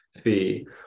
fee